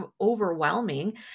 overwhelming